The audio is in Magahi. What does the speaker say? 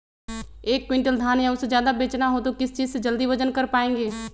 एक क्विंटल धान या उससे ज्यादा बेचना हो तो किस चीज से जल्दी वजन कर पायेंगे?